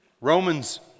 Romans